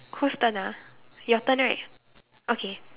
who's turn ah your turn right okay